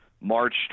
March